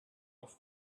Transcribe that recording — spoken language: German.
auf